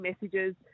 messages